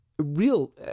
Real